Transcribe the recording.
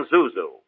Zuzu